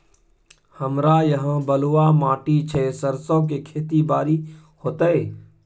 हमरा यहाँ बलूआ माटी छै सरसो के खेती बारी होते?